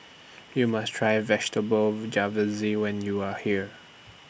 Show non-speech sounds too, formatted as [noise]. YOU must Try Vegetable [unintelligible] when YOU Are here